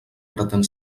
pretén